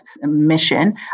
mission